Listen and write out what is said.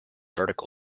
vertical